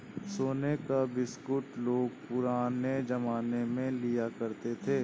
सोने का बिस्कुट लोग पुराने जमाने में लिया करते थे